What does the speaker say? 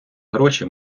гроші